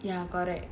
ya correct